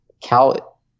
Cal